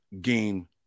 game